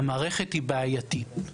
המערכת היא בעייתית.